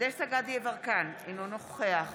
דסטה גדי יברקן, אינו נוכח